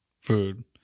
food